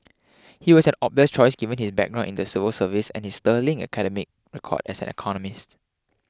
he was an obvious choice given his background in the civil service and his sterling academic record as an economist